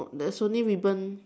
there's only ribbon